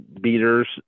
beaters